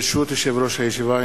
ברשות יושב-ראש הישיבה,